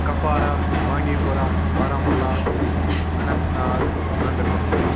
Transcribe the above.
Kupwara Bandipora Baramulla Anantnag Ganderbal